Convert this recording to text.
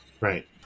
right